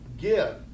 give